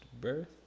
birth